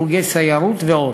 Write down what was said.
חוגי סיירות ועוד.